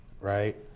right